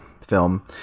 film